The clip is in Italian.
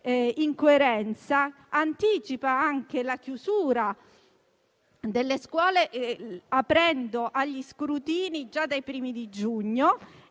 incoerenza anticipano anche la chiusura delle scuole, aprendo agli scrutini già dai primi di giugno.